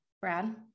Brad